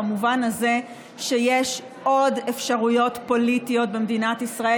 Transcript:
במובן הזה שיש עוד אפשרויות פוליטיות במדינת ישראל.